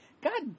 God